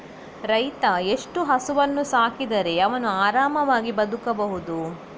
ರೈತ ಎಷ್ಟು ಹಸುವನ್ನು ಸಾಕಿದರೆ ಅವನು ಆರಾಮವಾಗಿ ಬದುಕಬಹುದು?